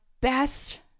best